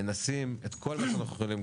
מנסים את כל מה שאנחנו יכולים,